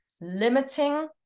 limiting